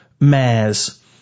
Mares